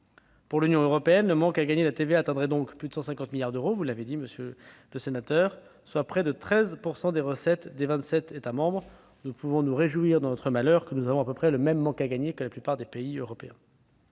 Pour l'Union européenne, le manque à gagner atteindrait plus de 150 milliards d'euros, vous l'avez dit, monsieur le sénateur, soit près de 13 % des recettes des vingt-sept États membres. Nous pouvons nous réjouir dans notre malheur d'avoir à peu près le même manque à gagner que la plupart des pays européens.